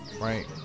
Right